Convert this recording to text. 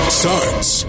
starts